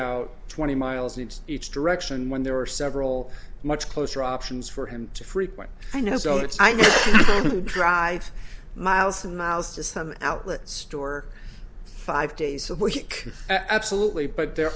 out twenty miles east each direction when there are several much closer options for him to frequent i know so it's i know you drive miles and miles to some outlet store five days a week absolutely but there